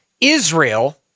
israel